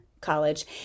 college